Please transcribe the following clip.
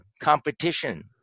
competition